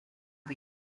või